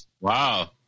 Wow